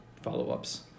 follow-ups